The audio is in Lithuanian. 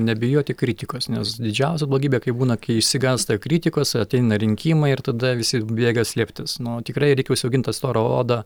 nebijoti kritikos nes didžiausia blogybė kai būna kai išsigąsta kritikos ateina rinkimai ir tada visi bėga slėptis nu tikrai reikia užsiaugint tą storą odą